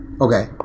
Okay